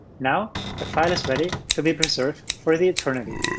now the file is ready to be preserved for the eternity.